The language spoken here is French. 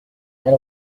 elle